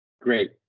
Great